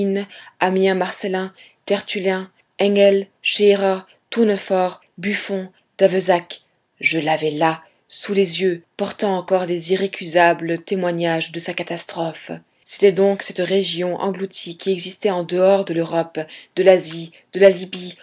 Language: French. ammien marcellin tertullien engel sherer tournefort buffon d'avezac je l'avais là sous les yeux portant encore les irrécusables témoignages de sa catastrophe c'était donc cette région engloutie qui existait en dehors de l'europe de l'asie de la libye